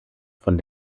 von